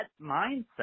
mindset